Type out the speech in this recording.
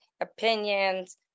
opinions